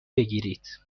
بگیرید